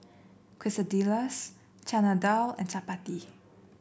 Quesadillas Chana Dal and Chapati